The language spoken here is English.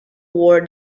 war